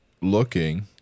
looking